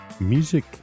Music